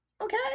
okay